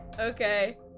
Okay